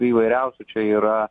įvairiausių čia yra